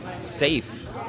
safe